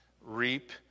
reap